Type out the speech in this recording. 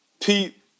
Pete